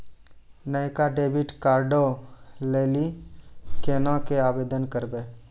नयका डेबिट कार्डो लै लेली केना के आवेदन करबै?